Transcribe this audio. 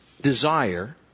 desire